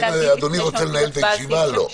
אדוני רוצה לנהל את הישיבה לא.